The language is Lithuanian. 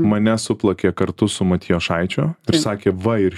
mane suplakė kartu su matijošaičiu ir sakė va ir